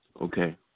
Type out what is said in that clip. Okay